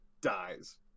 dies